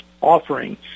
offering